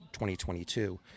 2022